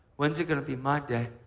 when's it going to be my day?